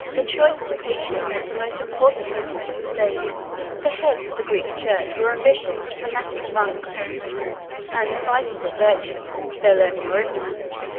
the choice of the patriarch was the most important business of the state the heads of the greek church were ambitious and fanatic monks and their vices or virtues, their learning or ignorance,